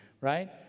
right